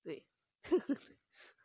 对